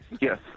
Yes